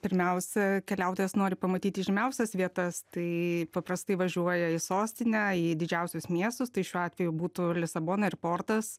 pirmiausia keliautojas nori pamatyt įžymiausias vietas tai paprastai važiuoja į sostinę į didžiausius miestus tai šiuo atveju būtų lisabona ir portas